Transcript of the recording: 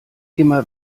immer